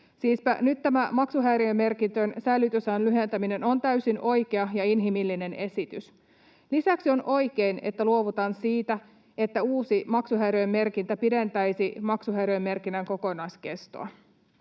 Siispä nyt tämä maksuhäiriömerkintöjen säilytysajan lyhentäminen on täysin oikea ja inhimillinen esitys. Lisäksi on oikein, että luovutaan siitä, että uusi maksuhäiriömerkintä pidentäisi maksuhäiriömerkinnän kokonaiskestoa.